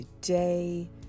today